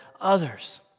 others